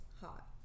Hot